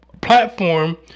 platform